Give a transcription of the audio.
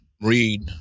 read